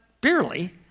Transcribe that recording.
barely